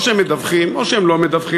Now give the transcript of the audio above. או שהם מדווחים או שהם לא מדווחים,